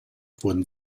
wurden